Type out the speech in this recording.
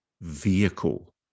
vehicle